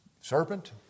Serpent